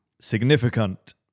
significant